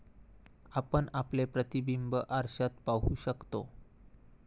आपण आपले प्रतिबिंब आरशात पाहू शकतो